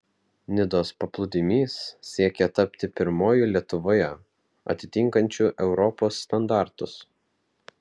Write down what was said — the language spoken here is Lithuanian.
nidos paplūdimys siekia tapti pirmuoju lietuvoje atitinkančiu europos standartus